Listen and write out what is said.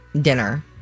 dinner